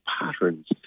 patterns